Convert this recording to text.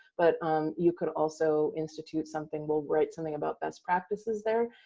but um you could also institute something. we'll write something about best practices there.